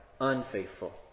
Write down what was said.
unfaithful